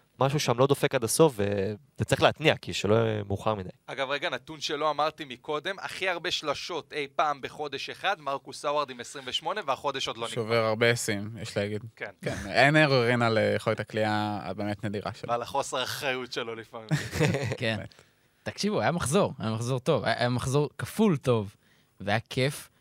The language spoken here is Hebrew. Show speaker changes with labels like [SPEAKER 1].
[SPEAKER 1] משהו שם לא דופק עד הסוף, ו- וצריך להתניע, כי שלא יהיה מאוחר מדי.
[SPEAKER 2] אגב, רגע, נתון שלא אמרתי מקודם, הכי הרבה שלשות אי פעם בחודש אחד, מרקוס האוורד עם 28, והחודש עוד לא נגמר.
[SPEAKER 3] שובר הרבה שיאים, יש להגיד.
[SPEAKER 2] כן.
[SPEAKER 3] כן, אין עוררין על יכולת הקליעה הבאמת נדירה שלו.
[SPEAKER 2] ועל החוסר האחריות שלו לפעמים.
[SPEAKER 3] כן.
[SPEAKER 4] תקשיבו, היה מחזור, היה מחזור טוב, היה- היה מחזור כפול טוב, והיה כיף.